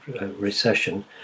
recession